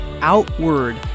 outward